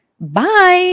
Bye